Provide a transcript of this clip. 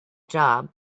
job